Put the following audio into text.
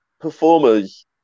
performers